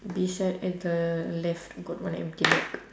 beside at the left got what one empty bag